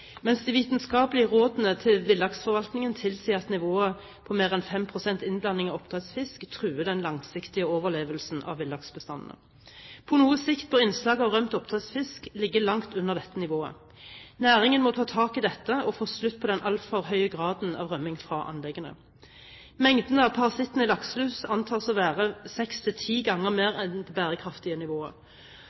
mens de vitenskapelige rådene til villaksforvaltningen tilsier at nivå på mer enn 5 pst. innblanding av oppdrettsfisk truer den langsiktige overlevelsen av villaksbestandene. På noe sikt bør innslaget av rømt oppdrettsfisk ligge langt under dette nivået. Næringen må ta tak i dette og få slutt på den altfor høye graden av rømning fra anleggene. Mengden av parasitten lakselus antas å være seks–ti ganger mer enn det bærekraftige nivået.